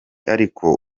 ariko